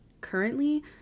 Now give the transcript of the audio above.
currently